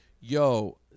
Yo